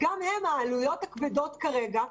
העלויות הכבדות כרגע,